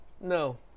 no